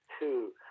two